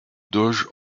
doge